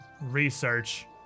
research